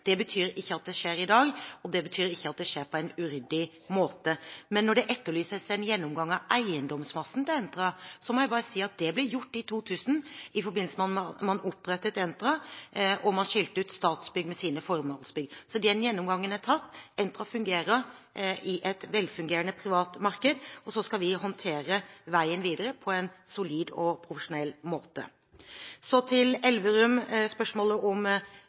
Det betyr ikke at det skjer i dag, og det betyr ikke at det skjer på en uryddig måte. Men når det etterlyses en gjennomgang av eiendomsmassen til Entra, må jeg si at det ble gjort i 2000 i forbindelse med at man opprettet Entra, og man skilte ut Statsbygg, med sine formålsbygg. Så den gjennomgangen er tatt. Entra fungerer i et velfungerende privat marked, og så skal vi håndtere veien videre på en solid og profesjonell måte. Så til Elverum – spørsmålet om